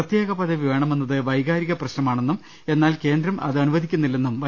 പ്രത്യേക പദവി വേണമെ ന്നത് വൈകാരിക പ്രശ്നമാണെന്നൂം എന്നാൽ കേന്ദ്രം അതനുവദിക്കു ന്നില്ലെന്നും വൈ